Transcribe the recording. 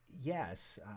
Yes